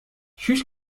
ҫӳҫ